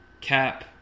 cap